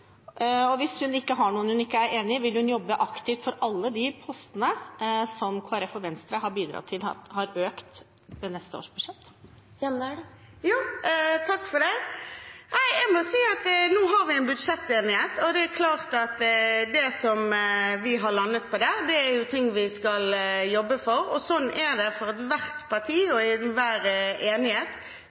i. Hvis det ikke er noen hun ikke er enig i, vil hun jobbe aktivt for alle de postene som Kristelig Folkeparti og Venstre har bidratt til har økt i neste års budsjett? Jeg må si at nå har vi en budsjettenighet, og det er klart at det som vi har landet på der, er ting vi skal jobbe for. For ethvert parti og i enhver enighet